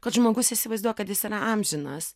kad žmogus įsivaizduoja kad jis yra amžinas